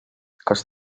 kas